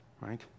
right